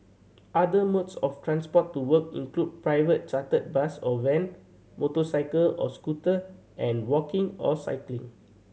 other modes of transport to work include private chartered bus or van motorcycle or scooter and walking or cycling